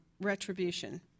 retribution